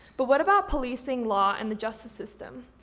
but what about policing, law, and the justice system?